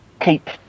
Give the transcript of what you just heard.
keep